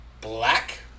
black